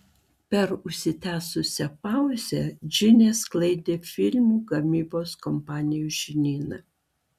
per užsitęsusią pauzę džinė sklaidė filmų gamybos kompanijų žinyną